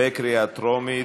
בקריאה טרומית.